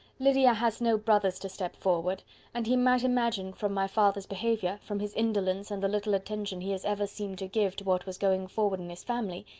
lydia has no brothers to step forward and he might imagine, from my father's behaviour, from his indolence and the little attention he has ever seemed to give to what was going forward in his family,